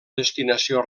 destinació